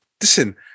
Listen